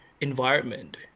environment